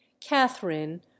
catherine